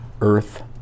earth